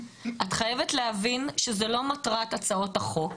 את חייבת להבין שזאת לא מטרת הצעות החוק,